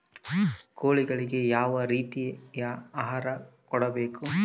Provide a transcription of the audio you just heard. ಕೋಳಿಗಳಿಗೆ ಯಾವ ರೇತಿಯ ಆಹಾರ ಕೊಡಬೇಕು?